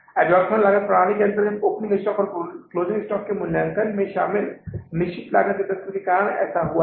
absorption लागत प्रणाली के तहत ओपनिंग स्टॉक और क्लोजिंग स्टॉक के मूल्यांकन में शामिल निश्चित लागत के तत्व के कारण ऐसा होता है